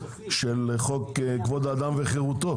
הפחתת והורדת יוקר המחיה,